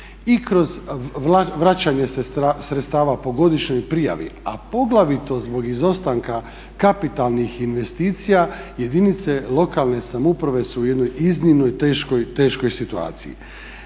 I kroz vraćanje sredstava po godišnjoj prijavi, a poglavito zbog izostanka kapitalnih investicija jedinice lokalne samouprave su u jednoj iznimno teškoj situaciji.